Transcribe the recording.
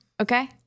okay